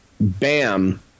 bam